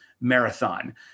marathon